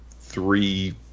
three